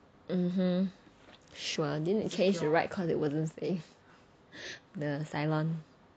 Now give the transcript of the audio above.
mmhmm sure didn't they change the ride cause it wasn't safe the cylon